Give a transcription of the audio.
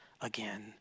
again